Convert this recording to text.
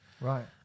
right